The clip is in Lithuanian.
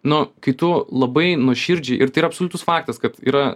nu kai tu labai nuoširdžiai ir tai yra absoliutus faktas kad yra